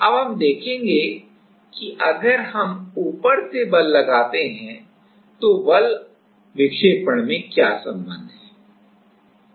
अब हम देखेंगे कि अगर हम ऊपर से बल लगाते हैं तो बल विक्षेपण में क्या संबंध है